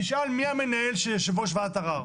תשאל מי המנהל של יושב-ראש ועדת ערר?